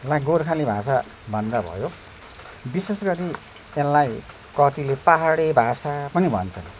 वा गोर्खाली भाषा भन्दा भयो विशेष गरी त्यसलाई कतिले पाहाडे भाषा पनि भन्छन्